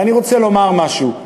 ואני רוצה לומר משהו.